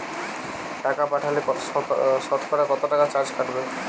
টাকা পাঠালে সতকরা কত টাকা চার্জ কাটবে?